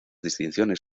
distinciones